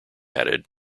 added